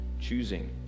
choosing